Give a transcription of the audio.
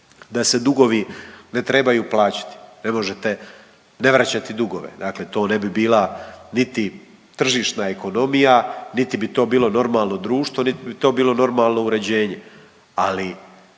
da se dugovi ne trebaju plaćati, ne možete ne vraćati dugove. Dakle, to ne bi bila niti tržišna ekonomija, niti bi to bilo normalno društvo, niti bi to bilo normalno uređenje. Ali